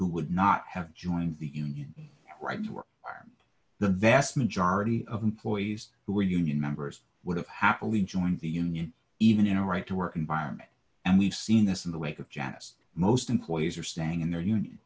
who would not have joined the union rights were are the vast majority of employees who were union members would have happily joined the union even in a right to work environment and we've seen this in the wake of janice most employees are staying in the